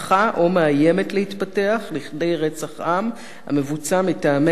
מאיימת להתפתח לכדי רצח-עם המבוצע מטעמי דת,